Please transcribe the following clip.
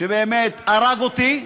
שבאמת הרג אותי,